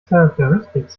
characteristics